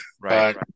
right